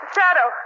Shadow